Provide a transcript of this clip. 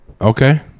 Okay